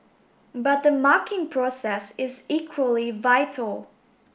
but the marking process is equally vital